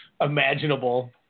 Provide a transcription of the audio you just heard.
imaginable